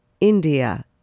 India